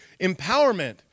Empowerment